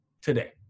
today